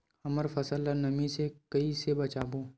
हमर फसल ल नमी से क ई से बचाबो?